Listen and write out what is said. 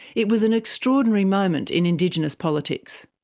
it was an extraordinary moment in indigenous politics.